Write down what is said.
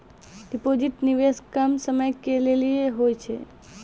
Deposit निवेश कम समय के लेली होय छै?